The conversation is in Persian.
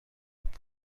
بود